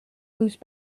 lose